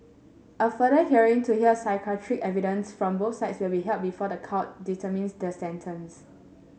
a further hearing to hear psychiatric evidences from both sides will be held before the court determines their sentence